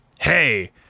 Hey